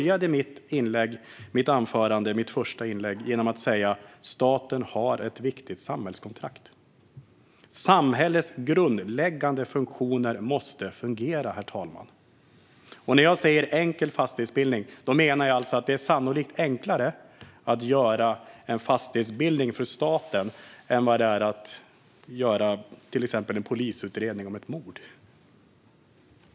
Jag inledde mitt första inlägg med att säga att staten har ett viktigt samhällskontrakt. Samhällets grundläggande funktioner måste fungera. När jag säger enkel fastighetsbildning menar jag att en fastighetsbildning sannolikt är enklare för staten att genomföra än till exempel en polisutredning om ett mord. Herr talman!